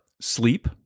sleep